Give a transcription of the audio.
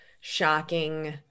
shocking